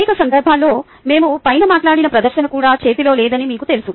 అనేక సందర్భాల్లో మేము పైన మాట్లాడిన ప్రదర్శన కూడా చేతిలో లేదని మీకు తెలుసు